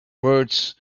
words